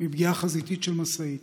מפגיעה חזיתית של משאית,